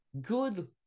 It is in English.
Good